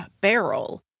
barrel